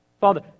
Father